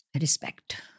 Respect